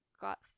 got